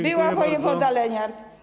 Była wojewoda Leniart.